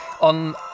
on